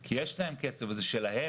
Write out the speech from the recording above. לכך כי יש להם כסף והוא שלהם.